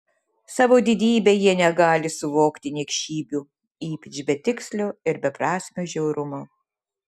savo didybe jie negali suvokti niekšybių ypač betikslio ir beprasmio žiaurumo